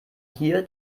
hier